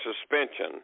suspension